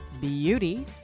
BEAUTY